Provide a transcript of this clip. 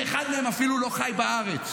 שאחד מהם אפילו לא חי בארץ.